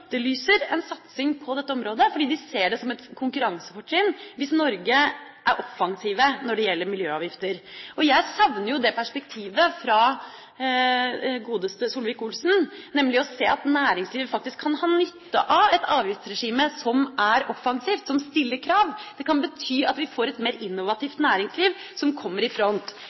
konkurransefortrinn hvis Norge er offensiv når det gjelder miljøavgifter. Jeg savner jo det perspektivet fra godeste Solvik-Olsen, nemlig å se at næringslivet faktisk kan ha nytte av et avgiftsregime som er offensivt, og som stiller krav. Det kan bety at vi får et mer innovativt næringsliv som kommer i front.